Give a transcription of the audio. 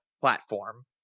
platform